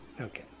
Okay